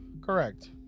Correct